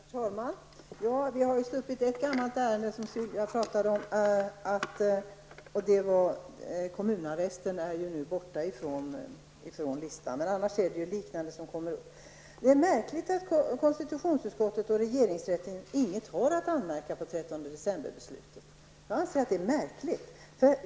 Herr talman! Vi har sluppit ett gammalt ärende, nämligen kommunarresten, som nu är borta från listan. Annars är det gamla ärenden som kommer upp. Det är märkligt att konstitutionsutskottet och regeringsrätten inte har något att anmärka på decemberbeslutet.